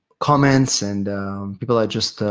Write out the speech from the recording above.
comments, and people are just,